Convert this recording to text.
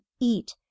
eat